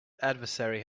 adversary